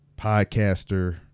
podcaster